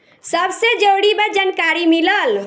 सबसे जरूरी बा जानकारी मिलल